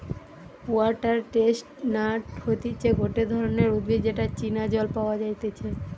water chestnut হতিছে গটে ধরণের উদ্ভিদ যেটা চীনা জল পাওয়া যাইতেছে